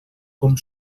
com